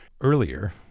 Earlier